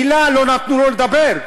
מילה לא נתנו לו לדבר.